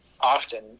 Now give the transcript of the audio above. often